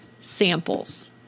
samples